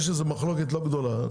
יש מחלוקת לא גדולה.